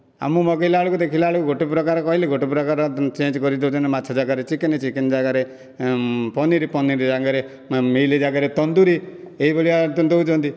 ଆଉ ମୁଁ ମଗେଇଲା ବେଳକୁ ଦେଖିଲା ବେଳକୁ ଗୋଟେ ପ୍ରକାର କହିଲି ଗୋଟେ ପ୍ରକାର ଚେଞ୍ଜ କରିଦେଉଛନ୍ତି ମାଛ ଜାଗାରେ ଚିକେନ ଚିକେନ ଜାଗାରେ ପନିର ପନିର ଜାଗାରେ ମିଲ ଜାଗାରେ ତନ୍ଦୁରି ଏଇ ଭଳିଆ ଦେଉଛନ୍ତି